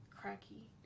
Cracky